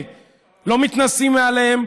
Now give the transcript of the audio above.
לא מתנשאים מעליהן,